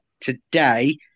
today